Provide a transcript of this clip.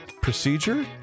Procedure